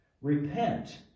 Repent